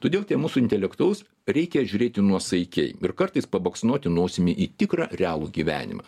todėl mūsų intelektualus reikia žiūrėti nuosaikiai ir kartais pabaksnoti nosimi į tikrą realų gyvenimą